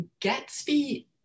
Gatsby